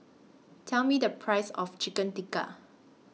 Tell Me The Price of Chicken Tikka